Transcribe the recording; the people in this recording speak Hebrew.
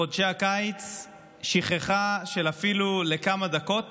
בחודשי הקיץ אפילו שכחה של כמה דקות